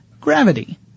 gravity